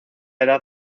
edad